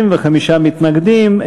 35 מתנגדים,